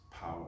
power